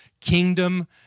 kingdom